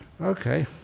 Okay